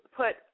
put